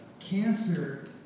Cancer